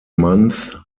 months